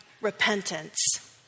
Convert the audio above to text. repentance